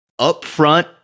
upfront